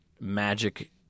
magic